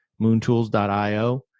Moontools.io